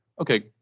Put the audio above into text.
okay